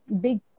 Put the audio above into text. big